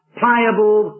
pliable